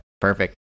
perfect